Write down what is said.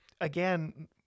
Again